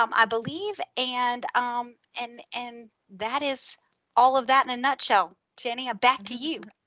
um i believe. and um and and that is all of that in a nutshell. jenny, back to you.